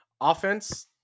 Offense